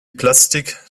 plastik